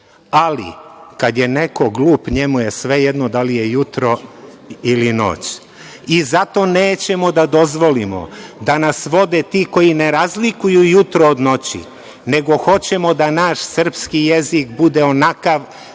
Ali, kada je neko glup njemu je svejedno da li je jutro ili noć. Zato nećemo da dozvolimo da nas vode ti koji ne razlikuju jutro od noći, nego hoćemo da naš srpski jezik bude onakav